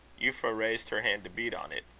euphra raised her hand to beat on it.